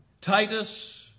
Titus